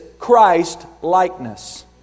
Christ-likeness